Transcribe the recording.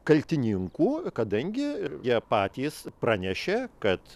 kaltininkų kadangi jie patys pranešė kad